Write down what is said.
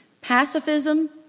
Pacifism